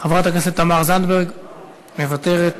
חברת הכנסת מיכל רוזין, אינה נוכחת.